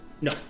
No